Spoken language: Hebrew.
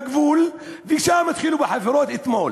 ושם התחילו בחפירות אתמול.